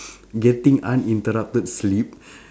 getting uninterrupted sleep